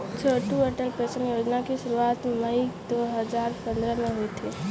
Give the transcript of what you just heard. छोटू Atal pension योजना की शुरुआत मई दो हज़ार पंद्रह में हुई थी